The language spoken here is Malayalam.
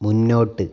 മുന്നോട്ട്